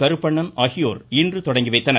கருப்பணன் ஆகியோர் இன்று தொடங்கி வைத்தனர்